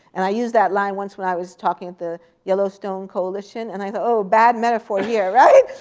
and i used that line once when i was talking at the yellowstone coalition, and i thought, oh, bad metaphor here, right?